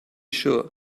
sure